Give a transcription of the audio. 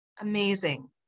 amazing